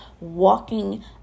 walking